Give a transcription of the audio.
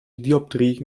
dioptrii